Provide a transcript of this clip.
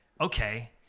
okay